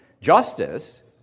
Justice